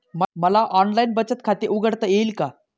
मला ऑनलाइन बचत खाते उघडता येईल का?